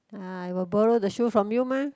ah I will borrow the shoe from you mah